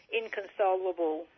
inconsolable